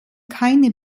keine